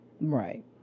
Right